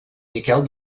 miquel